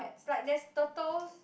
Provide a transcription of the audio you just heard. there's like there's turtles